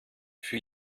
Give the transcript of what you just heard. für